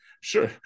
sure